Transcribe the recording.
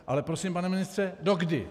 Ale prosím, pane ministře, dokdy?